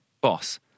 Boss